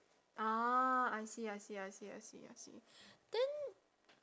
ah I see I see I see I see I see then